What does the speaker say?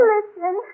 Listen